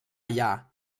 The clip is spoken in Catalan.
allà